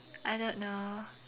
I don't know